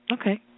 Okay